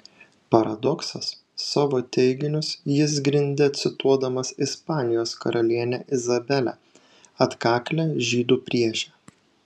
paradoksas savo teiginius jis grindė cituodamas ispanijos karalienę izabelę atkaklią žydų priešę